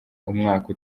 umwaka